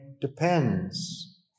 depends